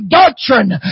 doctrine